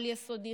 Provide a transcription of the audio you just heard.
על-יסודי,